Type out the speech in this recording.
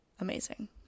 amazing